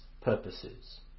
purposes